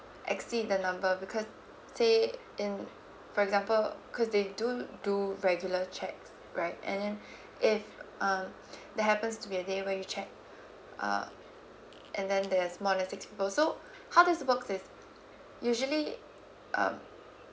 exceed the number because say in for example cause they do do regular check right and then if um that happens to be a day where you checked uh and then there has more than six people so how this works is usually um